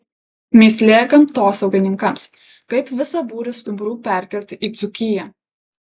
mįslė gamtosaugininkams kaip visą būrį stumbrų perkelti į dzūkiją